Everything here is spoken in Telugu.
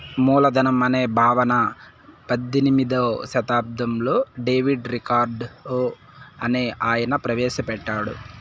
మూలధనం అనే భావన పద్దెనిమిదో శతాబ్దంలో డేవిడ్ రికార్డో అనే ఆయన ప్రవేశ పెట్టాడు